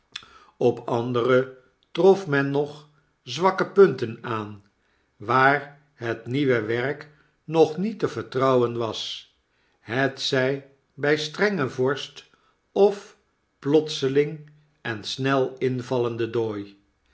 op andere trof men nog zwakke punten aan waar het nieuwe werk nog niet te vertrouwen was hetzij by strenge vorst of plotseling en snel invallenden dooi